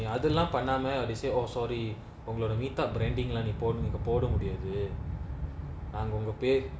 அதலா பன்னாம:athalaa pannaama they say oh sorry ஒங்களோட:ongaloda meet up branding lah நீங்க:neenga po~ போட முடியாது நாங்க ஒங்க பேர்:poda mudiyaathu naanga onga per